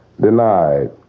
denied